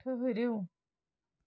ٹھٕہرِو